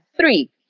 three